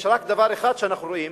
יש רק דבר אחד שאנחנו רואים: